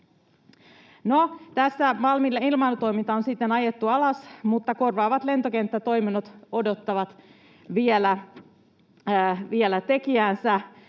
tässä Malmilla ilmailutoiminta on sitten ajettu alas, mutta korvaavat lentokenttätoiminnot odottavat vielä tekijäänsä.